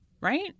Right